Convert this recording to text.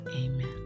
Amen